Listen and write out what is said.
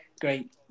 great